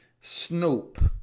Snoop